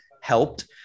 helped